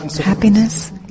Happiness